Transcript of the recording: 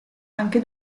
anche